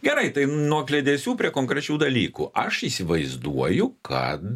gerai tai nuo kliedesių prie konkrečių dalykų aš įsivaizduoju kad